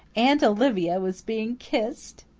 aunt olivia was being kissed!